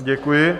Děkuji.